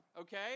okay